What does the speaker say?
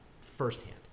firsthand